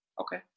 Okay